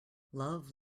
love